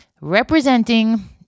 representing